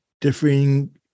differing